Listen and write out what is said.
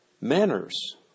manners